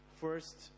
first